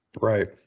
right